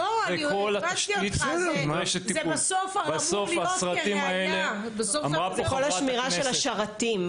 גם כל התשתית --- וכל השמירה של השרתים.